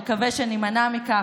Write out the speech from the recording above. נקווה שנימנע מכך.